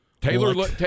Taylor